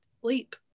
sleep